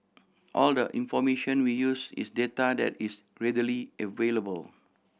all the information we use is data that is readily available